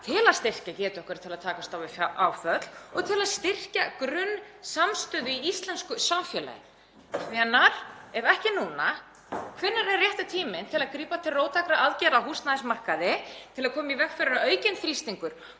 til að styrkja getu okkar til að takast á við áföll og til að styrkja grunnsamstöðu í íslensku samfélagi. Hvenær ef ekki núna? Hvenær er rétti tíminn til að grípa til róttækra aðgerða á húsnæðismarkaði til að koma í veg fyrir að aukinn þrýstingur,